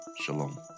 shalom